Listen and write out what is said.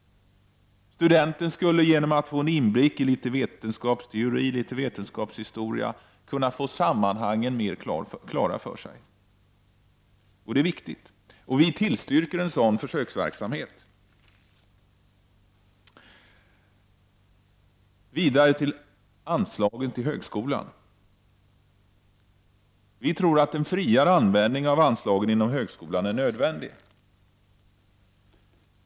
Studenten skulle, genom att få en inblick i vetenskapsteori och vetenskapshistoria, kunna få sammanhangen bättre klara för sig. Det är viktigt. Vi tillstyrker en sådan försöksverksamhet. Vidare till anslagen till högskolan: Vi tror att en friare användning av anslagen inom högskolan är nödvändig.